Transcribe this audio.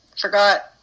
forgot